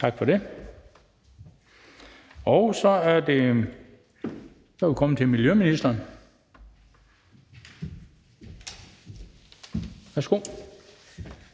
Tak for det. Og så er vi kommet til miljøministeren. Værsgo.